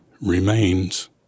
remains